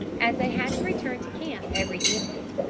as they had to return to camp every evening.